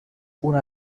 una